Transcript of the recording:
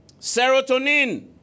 Serotonin